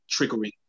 triggering